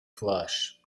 flush